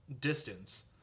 distance